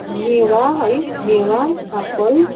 मेवा है मेवा एप्पल